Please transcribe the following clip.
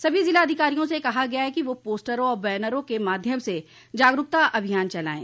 सभी ज़िलाधिकारियों से कहा गया है कि वे पोस्टरों और बैनरों के माध्यम से जागरूकता अभियान चलायें